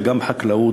גם בחקלאות,